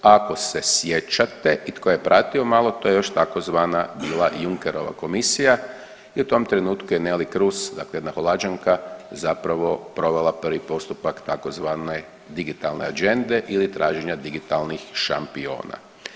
Ako se sjećate i tko je pratio malo, to je još tzv. bila Junckerova komisija i u tom trenutku je Nelly Cruz dakle jedna Holanđanka zapravo provela prvi postupak tzv. digitalne ađende ili traženja digitalnih šampiona.